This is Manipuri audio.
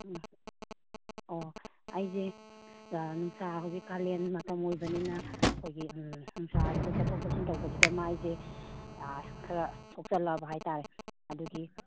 ꯎꯝ ꯑꯣ ꯑꯩꯁꯦ ꯅꯨꯡꯁꯥ ꯍꯧꯖꯤꯛ ꯀꯥꯂꯦꯟ ꯃꯇꯝ ꯑꯣꯏꯕꯅꯤꯅ ꯑꯩꯈꯣꯏꯒꯤ ꯅꯨꯡꯁꯥꯁꯤꯗ ꯆꯠꯊꯣꯛ ꯆꯠꯁꯤꯟ ꯇꯧꯕꯁꯤꯗ ꯃꯥꯏꯁꯦ ꯈꯔ ꯁꯣꯛꯆꯜꯂꯕ ꯍꯥꯏ ꯇꯥꯔꯦ ꯑꯗꯨꯒꯤ